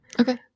okay